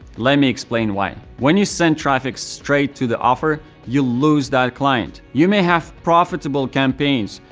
let me explain why. when you send traffic straight to the offer, you lose that client. you may have profitable campaigns,